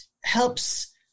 helps